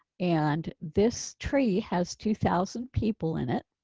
and this tree has two thousand people in it.